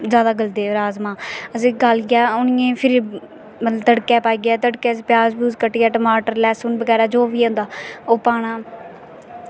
जैदा गलदे राजमाह् गालियै उ'नें गी फ्ही मतलब तड़कैं पाइयै प्याज कट्टियै टमाटर ल्हैसुन जो बी होंदा ओह् पाना